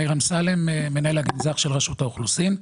מאיר אמסלם, מנהל הגנזך של רשות האוכלוסין.